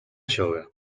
yoga